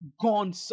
gone